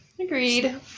agreed